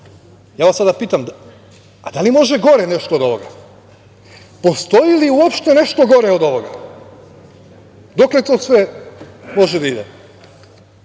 vas sada pitam – a, da li može gore nešto od ovoga? Postoji li uopšte nešto gore od ovoga? Dokle to sve može da